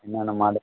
என்னென்ன மாடல்